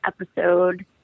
episode